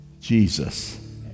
Jesus